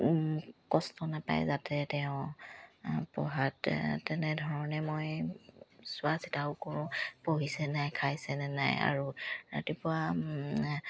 কষ্ট নাপায় যাতে তেওঁ পঢ়াত তেনেধৰণে মই চোৱা চিতাও কৰোঁ পঢ়িছে নাই খাইছেনে নাই আৰু ৰাতিপুৱা